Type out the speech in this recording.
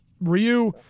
Ryu –